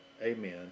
amen